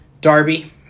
Darby